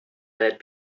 let